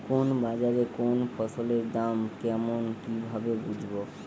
কোন বাজারে কোন ফসলের দাম কেমন কি ভাবে বুঝব?